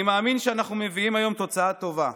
אני מאמין שאנחנו מציגים היום תוצאה טובה,